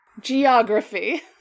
Geography